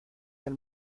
del